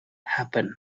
happen